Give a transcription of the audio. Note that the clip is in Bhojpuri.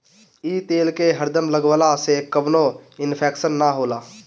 इ तेल के हरदम लगवला से कवनो इन्फेक्शन ना होला